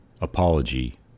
Apology